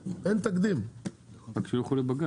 שילכו לבג"ץ.